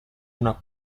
una